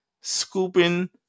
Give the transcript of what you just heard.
scooping